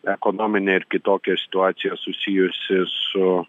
ekonominė ir kitokia situacija susijusi su